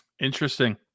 Interesting